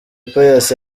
pius